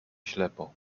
ślepo